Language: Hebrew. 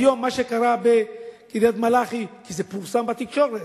היום, מה שקרה בקריית-מלאכי, כי זה פורסם בתקשורת.